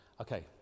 Okay